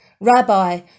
Rabbi